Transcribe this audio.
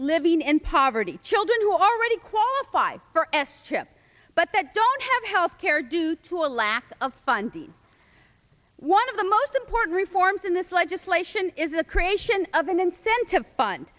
living in poverty children who already qualify for s chip but that don't have health care due to a lack of funding one of the most important reforms in this legislation is a creation of an incentive fun